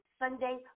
Sunday